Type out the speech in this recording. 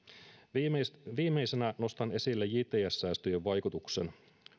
viimeisenä nostan esille jts säästöjen vaikutuksen